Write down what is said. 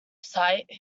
sight